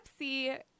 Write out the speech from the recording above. Pepsi